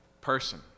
person